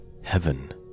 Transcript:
heaven